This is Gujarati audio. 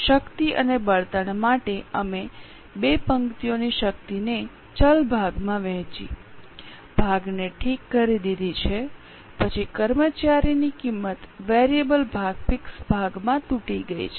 શક્તિ અને બળતણ માટે અમે 2 પંક્તિઓની શક્તિને ચલ ભાગમાં વહેંચી ભાગને ઠીક કરી દીધી છે પછી કર્મચારીની કિંમત વેરીએબલ ભાગ ફિક્સ ભાગમાં તૂટી ગઈ છે